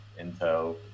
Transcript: intel